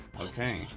Okay